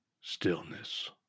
stillness